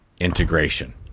integration